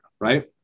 right